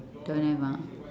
don't have ah